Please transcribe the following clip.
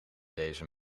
deze